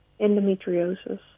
endometriosis